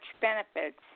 benefits